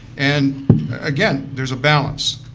and again, there's a balance.